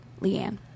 Leanne